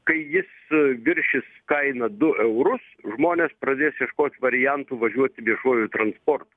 kai jis viršys kainą du eurus žmonės pradės ieškot variantų važiuoti viešuoju transportu